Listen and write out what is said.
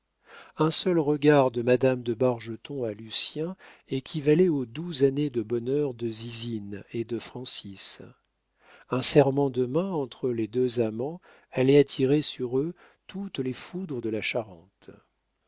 un seul regard de madame de bargeton à lucien équivalait aux douze années de bonheur de zizine et de francis un serrement de main entre les deux amants allait attirer sur eux toutes les foudres de la charente